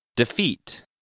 Defeat